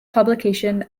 publication